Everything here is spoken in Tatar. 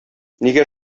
нигә